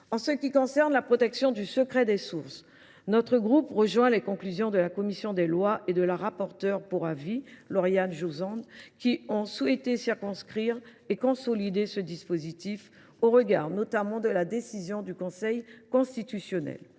En ce qui concerne la protection du secret des sources, notre groupe souscrit aux conclusions de nos collègues de la commission des lois et de la rapporteure pour avis Lauriane Josende, qui ont souhaité circonscrire et consolider ce dispositif, en tenant compte notamment de la décision du Conseil constitutionnel